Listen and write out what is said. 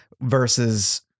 versus